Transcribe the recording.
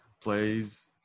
plays